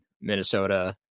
Minnesota